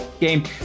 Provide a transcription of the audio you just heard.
game